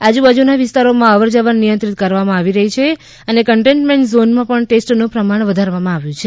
આજુબાજુના વિસ્તારોમાં અવરજવર નિયંત્રિત કરવામાં આવી રહી છે અને કન્ટેન્ટમેન્ટ ઝોનમાં પણ ટેસ્ટનું પ્રમાણ વધારવામાં આવ્યું છે